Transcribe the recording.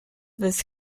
this